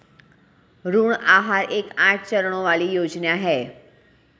ऋण आहार एक आठ चरणों वाली योजना है